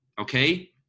okay